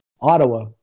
Ottawa